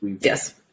yes